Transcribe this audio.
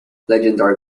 legendary